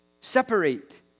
Separate